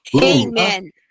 Amen